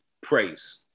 praise